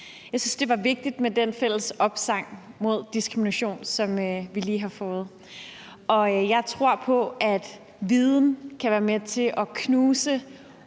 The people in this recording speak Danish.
Jeg synes, det var vigtigt med den fælles opsang mod diskrimination, som vi lige har fået, og jeg tror på, at viden kan være med til at knuse